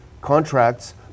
contracts